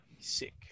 Sick